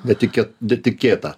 bet tikėt netikėtą